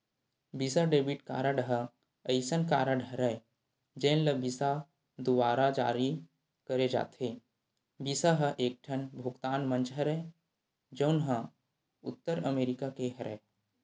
बिसा debit card ह असइन कारड हरय जेन ल बिसा दुवारा जारी करे जाथे, बिसा ह एकठन भुगतान मंच हरय जउन ह उत्तर अमरिका के हरय